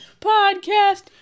Podcast